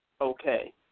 okay